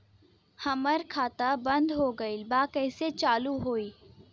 हमार खाता बंद हो गईल बा कैसे चालू होई?